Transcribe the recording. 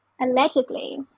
allegedly